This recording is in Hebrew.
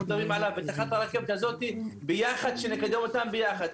מדברים עליו ואת תחנת הרכבת הזאת כדי שנקדם אותם יחד.